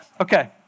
Okay